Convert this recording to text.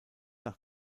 nach